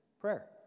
prayer